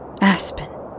Aspen